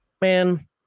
man